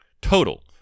total